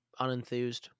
unenthused